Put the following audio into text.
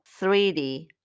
3D